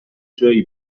جایی